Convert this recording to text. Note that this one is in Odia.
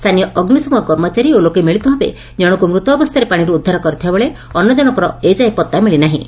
ସ୍ଥାନୀୟ ଅଗ୍ନିଶମ କର୍ମଚାରୀ ଓ ଲୋକେ ମିଳିତ ଭାବେ ଜଣକୁ ମୃତ ଅବସ୍ରାରେ ପାଣିରୁ ଉଦ୍ଧାର କରିଥିବାବେଳେ ଅନ୍ୟ ଜଶଙ୍କର ଏଯାଏଁ ପତା ମିଳିନାହିଁ